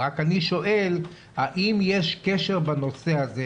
רק אני שואל האם יש קשר בנושא הזה,